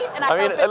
and i mean and